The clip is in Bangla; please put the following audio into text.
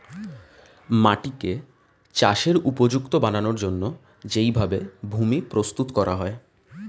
মাটিকে চাষের উপযুক্ত বানানোর জন্যে যেই ভাবে ভূমি প্রস্তুত করা হয়